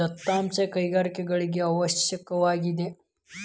ದತ್ತಾಂಶವು ಕೈಗಾರಿಕೆಗಳಿಗೆ ಅವಶ್ಯಕವಾಗಿದೆ